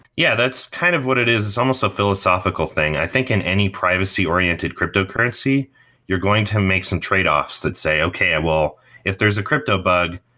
yeah, that's kind of what it is. it's almost a philosophical thing. i think in any privacy oriented cryptocurrency you're going to make some tradeoffs that say, okay, if there is a crypto bug,